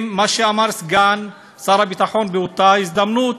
מה שאמר סגן שר הביטחון באותה ההזדמנות,